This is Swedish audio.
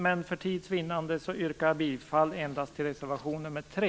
Men för tids vinnande yrkar jag bifall endast till reservation nr 3.